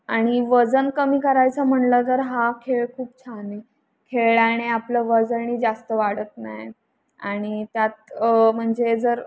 आणि वजन कमी करायचं म्हणलं तर हा खेळ खूप छान आहे खेळण्याने आपलं वजनही जास्त वाढत नाही आणि त्यात म्हणजे जर